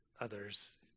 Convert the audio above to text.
others